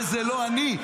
וזה לא אני.